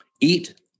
eat